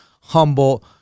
humble